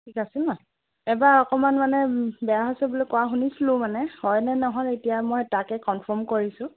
ঠিক আছে ন এবাৰ অকণমান মানে বেয়া হৈছে বুলি কোৱা শুনিছিলোঁ মানে হয়নে নহয় এতিয়া মই তাকে কনফাৰ্ম কৰিছোঁ